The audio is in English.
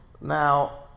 now